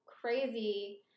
crazy